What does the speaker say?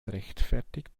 rechtfertigt